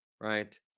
Right